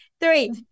Three